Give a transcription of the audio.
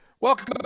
Welcome